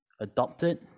Adopted